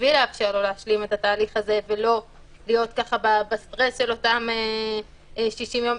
בשביל לאפשר לו להשלים את התהליך הזה ולא להיות בסטרס של אותם 60 יום.